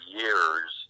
years